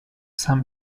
some